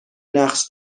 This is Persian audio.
نقش